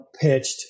pitched